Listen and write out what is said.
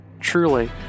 Truly